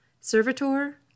Servitor